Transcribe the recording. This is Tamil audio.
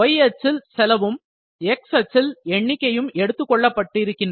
y அச்சில் செலவும் x அச்சில் எண்ணிக்கையும் எடுத்துக் கொள்ளப்பட்டிருக்கின்றன